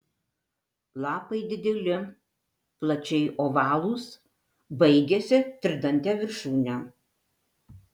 lapai dideli plačiai ovalūs baigiasi tridante viršūne